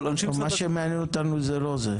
אבל אנשים --- מה שמעניין אותנו זה לא זה,